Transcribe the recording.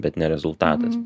bet ne rezultatas